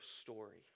story